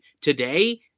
today